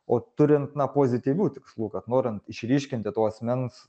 o turint na pozityvių tikslų kad norint išryškinti to asmens